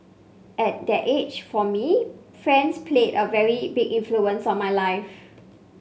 at that age for me friends played a very big influence on my life